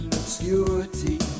obscurity